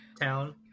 town